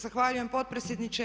Zahvaljujem potpredsjedniče.